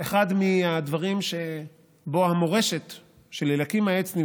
לאחד מהדברים שבהם המורשת של אליקים העצני,